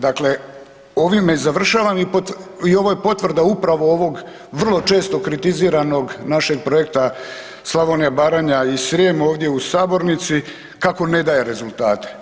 Dakle ovime završavam i ovo je potvrda upravo ovog vrlo često kritiziranog našeg projekta „Slavonija, Baranja i Srijem“ ovdje u sabornici kako ne daje rezultate.